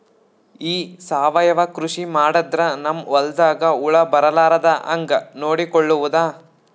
ಈ ಸಾವಯವ ಕೃಷಿ ಮಾಡದ್ರ ನಮ್ ಹೊಲ್ದಾಗ ಹುಳ ಬರಲಾರದ ಹಂಗ್ ನೋಡಿಕೊಳ್ಳುವುದ?